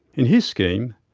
in his scheme,